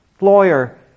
Lawyer